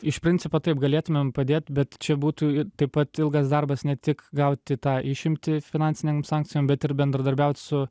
iš principo taip galėtumėm padėt bet čia būtų taip pat ilgas darbas ne tik gauti tą išimtį finansinėm sankcijom bet ir bendradarbiaut su